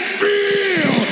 feel